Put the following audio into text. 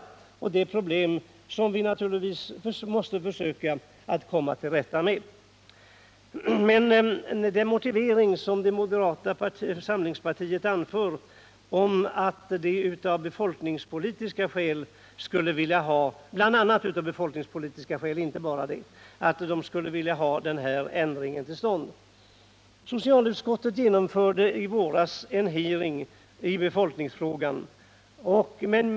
Det är problem som vi naturligtvis måste försöka komma till rätta med. Men den motivering som moderata samlingspartiet anför är att de av bl.a. befolkningspolitiska skäl skulle vilja ha till stånd denna ändring. Socialutskottet genomförde i våras en hearing i befolkningsfrågan.